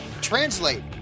translate